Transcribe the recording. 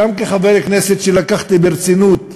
גם כחבר כנסת, שלקחתי ברצינות,